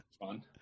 fun